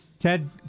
Ted